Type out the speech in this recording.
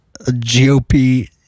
GOP